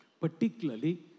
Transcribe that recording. Particularly